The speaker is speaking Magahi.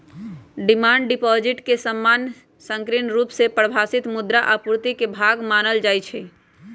डिमांड डिपॉजिट के सामान्य संकीर्ण रुप से परिभाषित मुद्रा आपूर्ति के भाग मानल जाइ छै